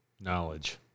knowledge